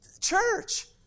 church